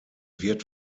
wird